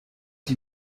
die